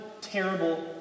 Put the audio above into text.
terrible